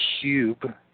cube